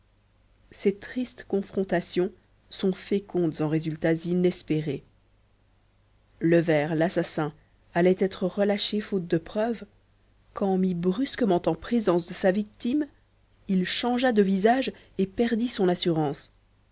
ces tristes confrontations sont fécondes en résultats inespérés leverd l'assassin allait être relâché faute de preuves quand mis brusquement en présence de sa victime il changea de visage et perdit son assurance